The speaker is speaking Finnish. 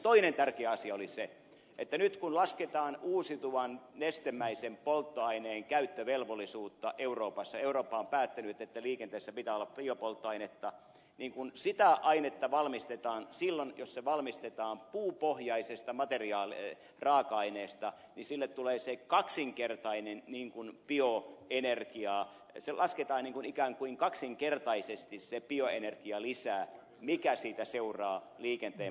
toinen tärkeä asia oli se että nyt kun lasketaan uusiutuvan nestemäisen polttoaineen käyttövelvollisuutta euroopassa eurooppa on päättänyt että liikenteessä pitää olla biopolttoainetta niin silloin jos sitä ainetta valmistetaan puupohjaisesta raaka aineesta sille se kaksinkertainen niin kuin bioo energia bioenergialisä lasketaan ikään kuin kaksinkertaisesti mikä siitä seuraa liikenteen polttoaineeseen